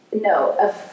No